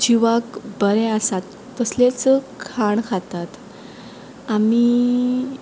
जिवाक बरें आसात तसलेच खाण खातात आमी